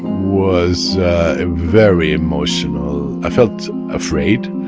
was very emotional. i felt afraid.